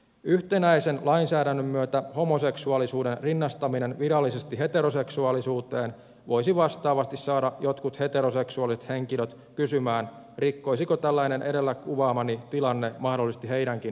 yhtenäisen lainsäädännön myötä homoseksuaalisuuden rinnastaminen virallisesti heteroseksuaalisuuteen voisi vastaavasti saada jotkut heteroseksuaaliset henkilöt kysymään rikkoisiko tällainen edellä kuvaamani tilanne mahdollisesti heidänkin oikeuksiaan